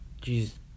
Jesus